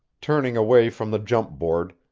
turning away from the jump board,